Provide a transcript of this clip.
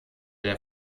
der